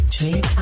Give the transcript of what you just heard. Dream